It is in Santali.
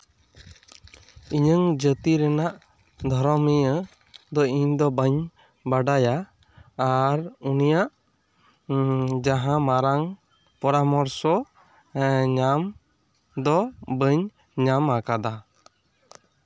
ᱤᱧᱟᱹᱜ ᱡᱟᱹᱛᱤ ᱨᱮᱱᱟᱜ ᱫᱷᱚᱨᱚᱢᱤᱭᱟᱹ ᱫᱚ ᱤᱧ ᱫᱚ ᱵᱟᱹᱧ ᱵᱟᱰᱟᱭᱟ ᱟᱨ ᱩᱱᱤᱭᱟᱜ ᱡᱟᱦᱟᱸ ᱢᱟᱨᱟᱝ ᱯᱚᱨᱟᱢᱚᱨᱥᱚ ᱧᱟᱢ ᱫᱚ ᱵᱟᱹᱧ ᱧᱟᱢ ᱟᱠᱟᱫᱟ